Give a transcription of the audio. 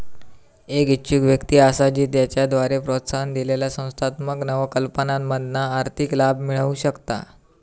एक इच्छुक व्यक्ती असा जी त्याच्याद्वारे प्रोत्साहन दिलेल्या संस्थात्मक नवकल्पनांमधना आर्थिक लाभ मिळवु शकता